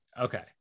okay